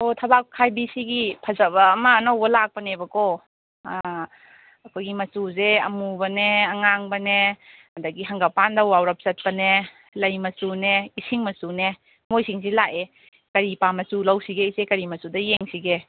ꯑꯣ ꯊꯕꯥꯛ ꯈꯥꯏꯕꯤꯁꯤꯒꯤ ꯐꯖꯕ ꯑꯃ ꯑꯅꯧꯕ ꯂꯥꯛꯄꯅꯦꯕꯀꯣ ꯑꯩꯈꯣꯏꯒꯤ ꯃꯆꯨꯁꯦ ꯑꯃꯨꯕꯅꯦ ꯑꯉꯥꯡꯕꯅꯦ ꯑꯗꯒꯤ ꯍꯪꯒꯝꯄꯥꯟꯗ ꯋꯥꯎꯔꯞ ꯆꯠꯄꯅꯦ ꯂꯩ ꯃꯆꯨꯅꯦ ꯏꯁꯤꯡ ꯃꯆꯨꯅꯦ ꯃꯣꯏꯁꯤꯡꯁꯦ ꯂꯥꯛꯑꯦ ꯀꯔꯤ ꯄꯥꯝ ꯃꯆꯨ ꯂꯧꯁꯤꯒꯦ ꯏꯆꯦ ꯀꯔꯤ ꯃꯆꯨꯗ ꯌꯦꯡꯁꯤꯒꯦ